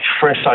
fresh